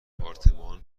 دپارتمان